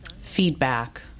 feedback